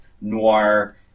noir